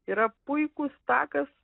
yra puikus takas